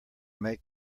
make